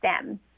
STEM